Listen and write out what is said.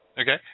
Okay